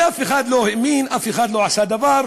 ואף אחד לא האמין, אף אחד לא עשה דבר.